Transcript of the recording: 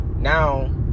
Now